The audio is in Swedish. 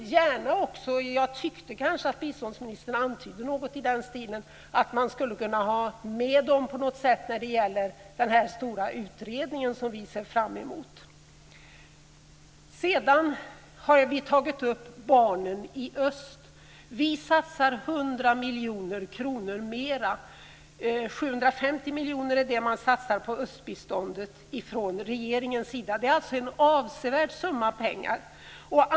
Sedan har vi tagit upp barnen i öst. 750 miljoner är det man satsar på östbiståndet från regeringens sida. Det är alltså en avsevärd summa pengar.